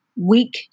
weak